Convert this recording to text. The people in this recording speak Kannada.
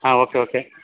ಹಾಂ ಓಕೆ ಓಕೆ